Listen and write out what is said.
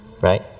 right